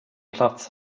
plats